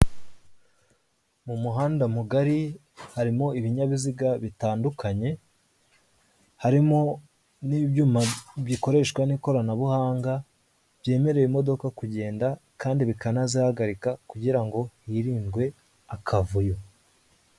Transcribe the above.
Mu muhanda mugari harimo ibinyabiziga bitandukanye harimo n'ibyuma bikoreshwa n'ikoranabuhanga byemerera imodoka kugenda kandi bikanazahagarika kugira ngo hirindwe akavuyo.